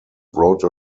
wrote